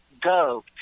go